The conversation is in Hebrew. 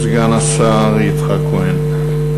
סגן השר יצחק כהן.